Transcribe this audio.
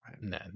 No